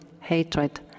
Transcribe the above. hatred